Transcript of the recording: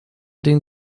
den